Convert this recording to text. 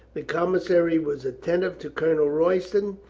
the com missary was attentive to colonel royston,